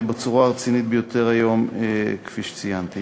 והוא נבחן בצורה הרצינית ביותר היום, כפי שציינתי.